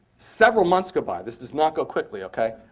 several months go by. this does not go quickly, ok.